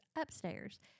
upstairs